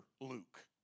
Luke